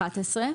11,